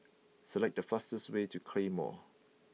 select the fastest way to Claymore